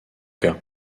cas